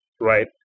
right